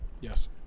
Yes